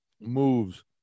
moves